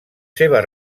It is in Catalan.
seves